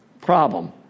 problem